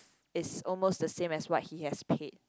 is almost the same as what he has paid